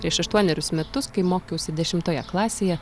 prieš aštuonerius metus kai mokiausi dešimtoje klasėje